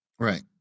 Right